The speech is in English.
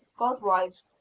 godwives